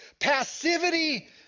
Passivity